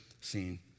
seen